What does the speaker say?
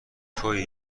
توئی